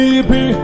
baby